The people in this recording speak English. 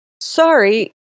sorry